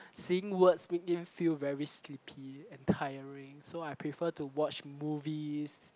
seeing words make me feel very sleepy and tiring so I prefer to watch movies